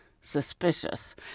suspicious